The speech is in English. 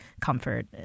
comfort